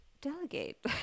delegate